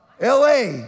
LA